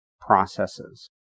processes